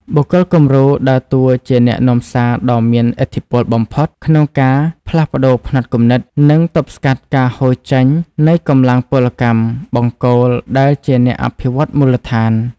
បុគ្គលគំរូដើរតួជាអ្នកនាំសារដ៏មានឥទ្ធិពលបំផុត ក្នុងការផ្លាស់ប្តូរផ្នត់គំនិត និងទប់ស្កាត់ការហូរចេញនៃកម្លាំងពលកម្មបង្គោលដែលជាអ្នកអភិវឌ្ឍមូលដ្ឋាន។